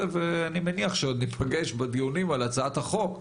ואני מניח שעוד ניפגש בדיונים על הצעת החוק.